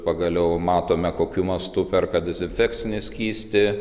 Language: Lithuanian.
pagaliau matome kokiu mastu perka dezinfekcinį skystį